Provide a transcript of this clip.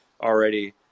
already